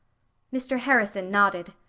mr. harrison nodded.